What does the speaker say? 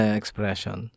expression